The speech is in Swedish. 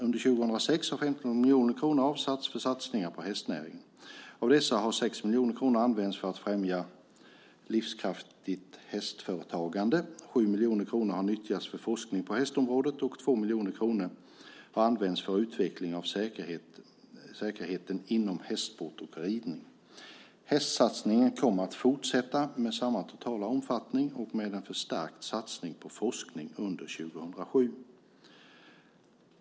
Under 2006 har 15 miljoner kronor avsatts för satsningar på hästnäringen. Av dessa har 6 miljoner kronor använts för att främja livskraftigt hästföretagande, 7 miljoner kronor har nyttjats för forskning på hästområdet och 2 miljoner kronor har använts för utveckling av säkerheten inom hästsport och ridning. Hästsatsningen kommer att fortsätta med samma totala omfattning och med en förstärkt satsning på forskning under 2007.